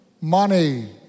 money